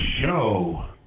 Show